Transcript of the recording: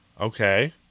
Okay